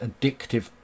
addictive